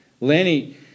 Lenny